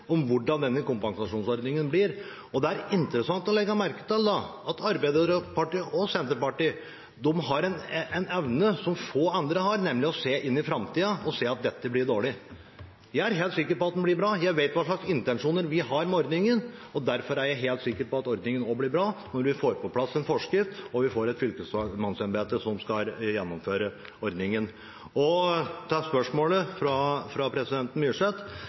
om hvordan denne kompensasjonsordningen blir, og det er interessant å legge merke til at Arbeiderpartiet og Senterpartiet har en evne som få andre har, nemlig evnen til å se inn i framtida og se at dette blir dårlig. Jeg er helt sikker på at det blir bra. Jeg vet hva slags intensjoner vi har med ordningen, og derfor er jeg helt sikker på at ordningen også blir bra, når vi får på plass en forskrift og fylkesmannsembetet skal gjennomføre ordningen. Til spørsmålet fra representanten Myrseth: